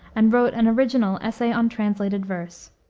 and wrote an original essay on translated verse.